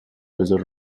بذار